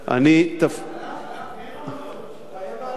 למה?